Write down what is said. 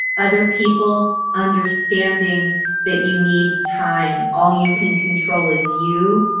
other people understanding that you need time. all you can control is you